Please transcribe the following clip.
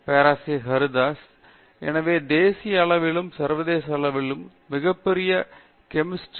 பேராசிரியர் பிரதாப் ஹரிதாஸ் எனவே தேசிய அளவிலும் சர்வதேச அளவிலும் மிகப்பெரிய கெமிக்கல் பேக்டரி களை நீங்கள் அறிந்திருபீர்கள் என நினைக்கிறேன்